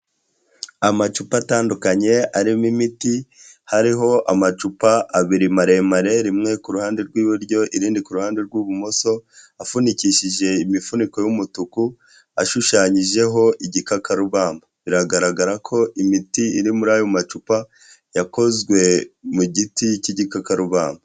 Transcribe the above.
Amacupa atandukanye arimo imiti, hariho amacupa abiri maremare rimwe ku ruhande rw'iburyo irindi kuruhande rw'ibumoso, apfunikishije imifuniko y'umutuku ashushanyijeho igikakarubamba, biragaragara ko imiti iri muri ayo macupa yakozwe mu giti cy'igikakarubamba.